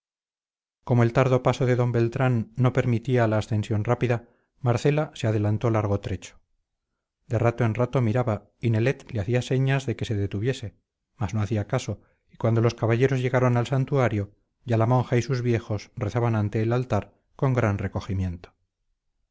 como el tardo paso de d beltrán no permitía la ascensión rápida marcela se adelantó largo trecho de rato en rato miraba y nelet le hacía señas de que se detuviese mas no hacía caso y cuando los caballeros llegaron al santuario ya la monja y sus viejos rezaban ante el altar con gran recogimiento